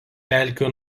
pelkių